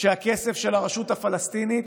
שהכסף של הרשות הפלסטינית